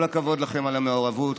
כל הכבוד לכם על המעורבות.